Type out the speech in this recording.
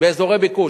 באזורי ביקוש.